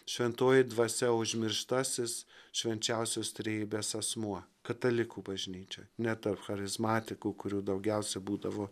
šventoji dvasia užmirštasis švenčiausios trejybės asmuo katalikų bažnyčia ne ta charizmatikų kurių daugiausiai būdavo